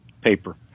paper